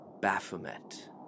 Baphomet